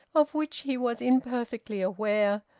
of which he was imperfectly aware,